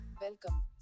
welcome